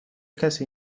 کسی